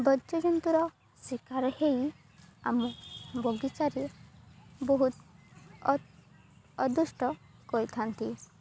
ବନ୍ୟଜନ୍ତୁର ଶିକାର ହେଇ ଆମ ବଗିଚାରେ ବହୁତ ଅଦୁଷ୍ଟ କରିଥାନ୍ତି